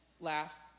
laugh